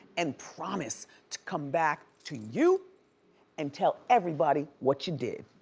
and promise to come back to you and tell everybody what you did.